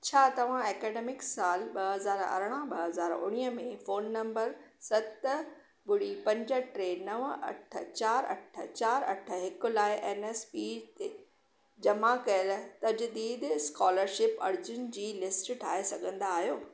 छा तव्हां ऐकडेमिक साल ॿ हज़ार अरिड़हं ॿ हज़ार उणिवीह में फोन नंबर सत ॿुड़ी पंज टे नव अठ चार अठ चार अठ हिकु लाइ एन एस पी ते जमा कयल तजदीद स्कोलरशिप अर्ज़ियुनि जी लिस्ट ठाहे सघंदा आहियो